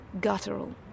guttural